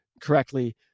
correctly